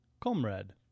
Comrade